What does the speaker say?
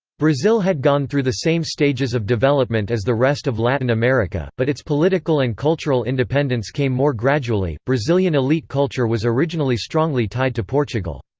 brazil had gone through the same stages of development as the rest of latin america, but its political and cultural independence came more gradually brazilian elite culture was originally strongly tied to portugal.